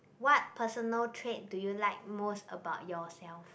what personal trait do you like most about yourself